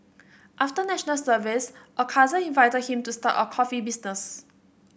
after National Service a cousin invited him to start a coffee business